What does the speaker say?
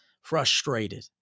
frustrated